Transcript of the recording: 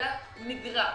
אלא נגרע.